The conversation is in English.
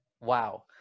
Wow